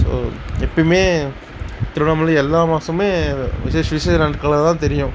so எப்பையுமே திருவண்ணாமலை எல்லா மாதமே விஷேச விஷேச நாட்களாகதான் தெரியும்